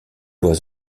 was